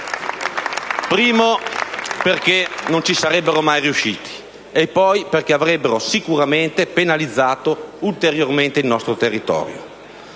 luogo perché non ci sarebbero mai riusciti e poi perché sicuramente avrebbero penalizzato ulteriormente il nostro territorio.